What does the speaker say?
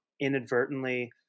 inadvertently